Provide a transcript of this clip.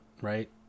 right